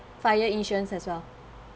fire insurance as well